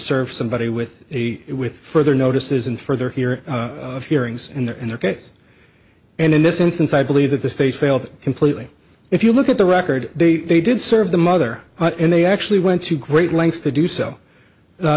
serve somebody with a with further notices and further here have hearings in their in their case and in this instance i believe that the state failed completely if you look at the record they they did serve the mother and they actually went to great lengths to do so